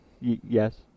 yes